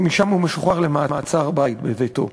ומשם הוא משוחרר למעצר-בית בביתו.